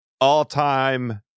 all-time